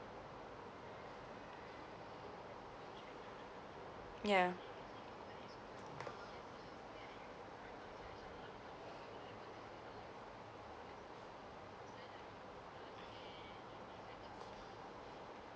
ya